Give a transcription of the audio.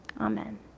Amen